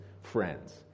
friends